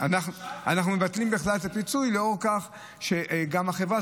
אנחנו מבטלים בכלל את הפיצוי לנוכח זה שגם החברה,